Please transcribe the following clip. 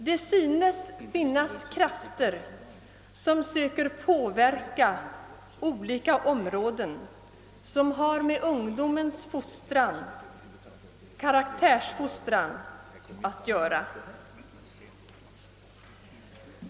Det synes firnas krafter som söker påverka olika områden som har med ungdomens karaktärsfostran att göra.